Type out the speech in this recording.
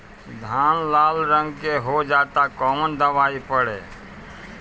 धान लाल रंग के हो जाता कवन दवाई पढ़े?